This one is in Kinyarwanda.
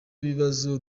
bibazo